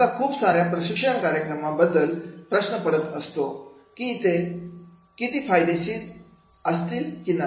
आता खूप सार्या प्रशिक्षण कार्यक्रमाबद्दल प्रश्न पडत असतो किती फायदेशीर असतील की नाही